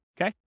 Okay